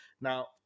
Now